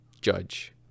Judge